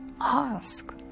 ask